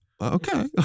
Okay